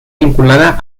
vinculada